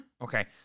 Okay